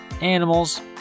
animals